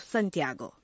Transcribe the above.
Santiago